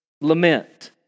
lament